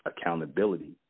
accountability